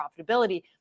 profitability